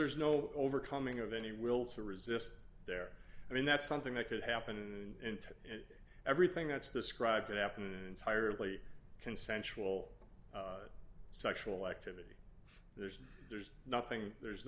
there's no overcoming of any will to resist there i mean that's something that could happen and in everything that's the scribed it happened entirely consensual sexual activity there's there's nothing there's